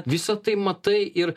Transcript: visa tai matai ir